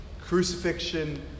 crucifixion